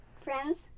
Friends